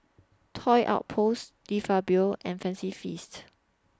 Toy Outpost De Fabio and Fancy Feast